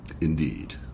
Indeed